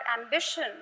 ambition